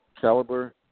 caliber